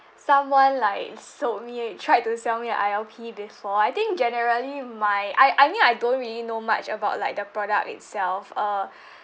someone like sold me tried to sell me an I_L_P before I think generally my I I mean I don't really know much about like the product itself uh